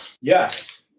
yes